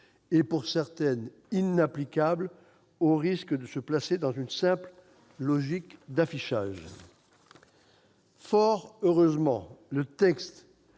et pour certaines inapplicables, au risque de nous placer dans une simple logique d'affichage. Fort heureusement, le texte